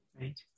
Right